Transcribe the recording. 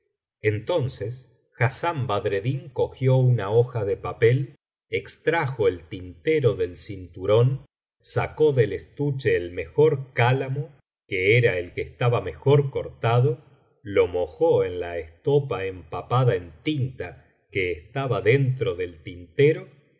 entonces hassán badreddin cogió una hoja de papel extrajo el tintero del cinturón sacó del estuche el mejor cálamo que era el que estaba mejor cortado lo mojó en la estopa empapada en tinta que estaba dentro del tintero se